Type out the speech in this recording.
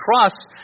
trust